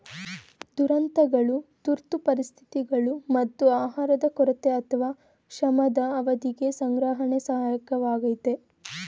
ದುರಂತಗಳು ತುರ್ತು ಪರಿಸ್ಥಿತಿಗಳು ಮತ್ತು ಆಹಾರದ ಕೊರತೆ ಅಥವಾ ಕ್ಷಾಮದ ಅವಧಿಗೆ ಸಂಗ್ರಹಣೆ ಸಹಾಯಕವಾಗಯ್ತೆ